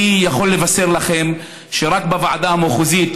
אני יכול לבשר לכם שרק בוועדה המחוזית,